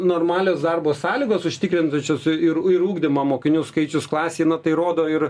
normalios darbo sąlygos užtikrinančios ir ir ugdymą mokinių skaičius klasėj na tai rodo ir